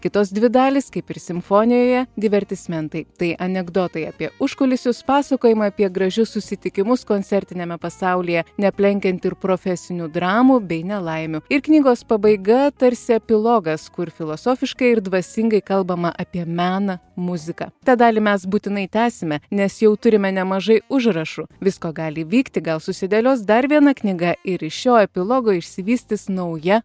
kitos dvi dalys kaip ir simfonijoje divertismentai tai anekdotai apie užkulisius pasakojimai apie gražius susitikimus koncertiniame pasaulyje neaplenkiant ir profesinių dramų bei nelaimių ir knygos pabaiga tarsi epilogas kur filosofiškai ir dvasingai kalbama apie meną muziką tą dalį mes būtinai tęsime nes jau turime nemažai užrašų visko gali įvykti gal susidėlios dar viena knyga ir iš šio epilogo išsivystys nauja